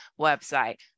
website